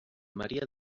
maria